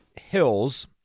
Hills